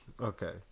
okay